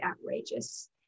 outrageous